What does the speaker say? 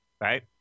Right